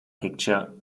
picture